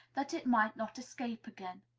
that it might not escape again.